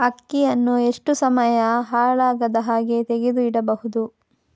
ಅಕ್ಕಿಯನ್ನು ಎಷ್ಟು ಸಮಯ ಹಾಳಾಗದಹಾಗೆ ತೆಗೆದು ಇಡಬಹುದು?